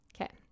Okay